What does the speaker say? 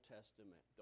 Testament